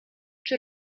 czy